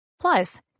Plus